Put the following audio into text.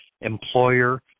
employer